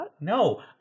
No